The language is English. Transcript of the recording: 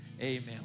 Amen